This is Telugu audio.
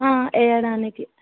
వేయడానికి